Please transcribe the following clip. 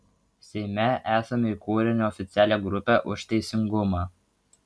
seime esame įkūrę neoficialią grupę už teisingumą